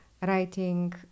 writing